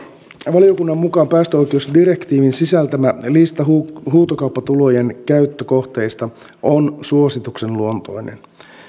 valiokunnan mukaan päästöoikeusdirektiivin sisältämä lista huutokauppatulojen käyttökohteista on suosituksen luontoinen